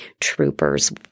troopers